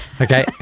Okay